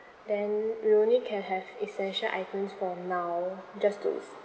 then you only can have essential items for now just to